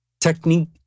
Technique